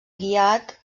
guiat